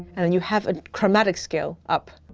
and then you have a chromatic scale up.